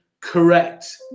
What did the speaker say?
correct